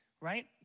right